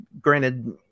Granted